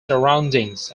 surroundings